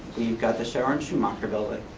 you got the schauer and schumacher building,